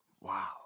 Wow